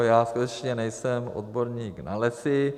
Já skutečně nejsem odborník na lesy.